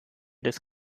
des